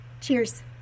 cheers